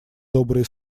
добрые